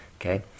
okay